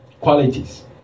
Qualities